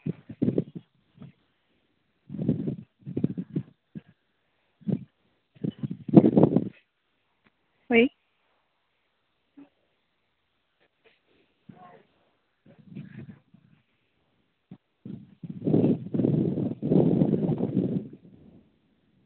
ᱦᱳᱭ